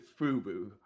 FUBU